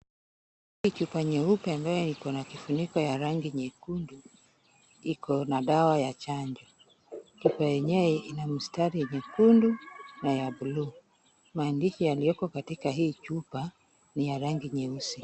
Hii chupa nyeupe ambayo ikona kifuniko ya rangi nyekundu ikona dawa ya chanjo. Chupa yenyewe ina mistari nyekundu na ya blue . Maandishi yaliyoko kwa hii chupa ni ya rangi nyeusi.